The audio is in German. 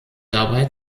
dabei